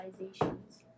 realizations